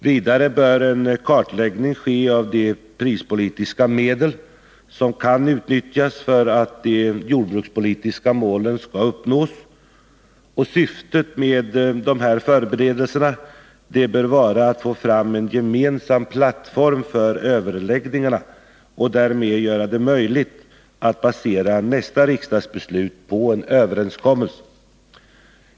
Vidare bör en kartläggning ske av de prispolitiska medel som kan utnyttjas för att de jordbrukspolitiska målen skall uppnås. Syftet med dessa förberedelser bör vara att få fram en gemensam plattform för överläggningarna och därmed göra det möjligt att basera nästa riksdagsbeslut på en överenskommelse.